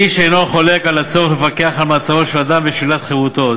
איש אינו חולק על הצורך לפקח על מעצרו של אדם ושלילת חירותו,